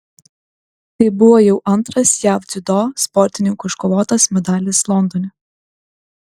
tai buvo jau antras jav dziudo sportininkų iškovotas medalis londone